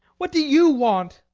what do you want?